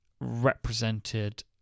represented